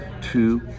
Two